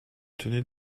tenait